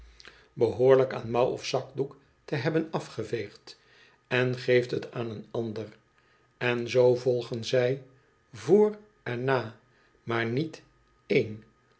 behoorlijk aan boord aan mouw of zakdoek te hebben afgeveegd en geeft het aan een ander en zoo volgen zij voor en na maar niet één